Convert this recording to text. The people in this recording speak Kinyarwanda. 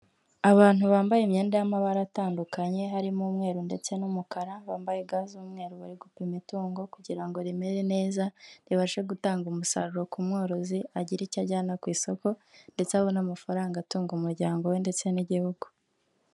Abantu bambaye imyenda y'amabara atandukanye, harimo umweru ndetse n'umukara, bambaye ga z'umweru bari gupima itungo kugira ngo rimere neza, ribashe gutanga umusaruro ku mworozi, agire icyo ajyana ku isoko ndetse abone amafaranga atunga umuryango we ndetse n'Igihugu.